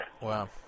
Wow